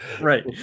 Right